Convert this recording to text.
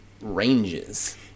ranges